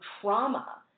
trauma